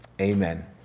Amen